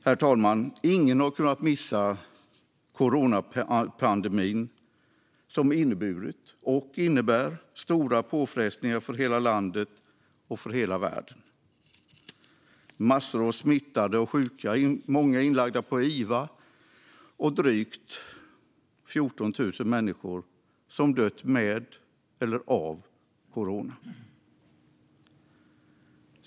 Herr talman! Ingen har kunnat missa coronapandemin, som inneburit och innebär stora påfrestningar för hela landet och för hela världen. Det är massor av smittade och sjuka. Många är inlagda på iva, och drygt 14 000 människor har dött med eller av corona.